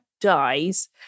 dies